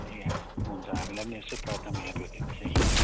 ए हुन्छ हामीलाई पनि यसो प्रार्थनामा याद गरिदिनुहोस् है